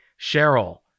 Cheryl